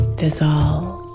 dissolve